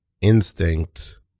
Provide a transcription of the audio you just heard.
instinct